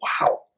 wow